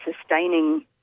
sustaining